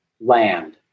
land